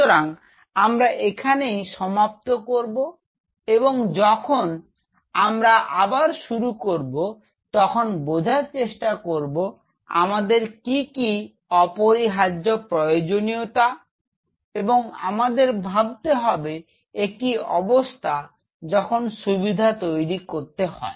সুতরাং আমরা এখানেই সমাপ্ত করব এবং যখন আমরা আবার শুরু করব তখন বোঝার চেষ্টা করবো আমাদের কি কি অপরিহার্য প্রয়োজনীয়তা এবং আমাদের ভাবতে হবে একটি অবস্থা যখন সুবিধা তৈরি করতে হয়